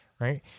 Right